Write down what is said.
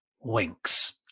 winks